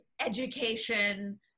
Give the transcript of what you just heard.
education